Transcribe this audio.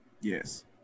Yes